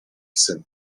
syn